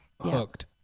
hooked